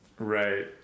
Right